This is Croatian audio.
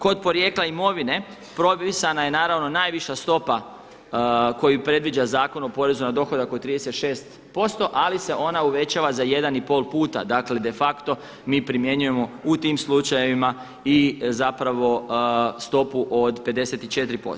Kod porijekla imovine propisana je najviša stopa koju predviđa Zakon o porezu na dohodak od 36% ali se ona uvećava za 1,5 puta, dakle de facto mi primjenjujemo u tim slučajevima i stopu od 54%